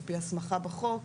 על פי ההסמכה בחוק,